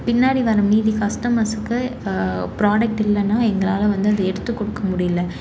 பின்னாடி வர மீதி கஸ்டமர்ஸுக்கு ப்ராடெக்ட் இல்லைனா எங்களால் வந்து அதை எடுத்துக் கொடுக்க முடியலை